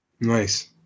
Nice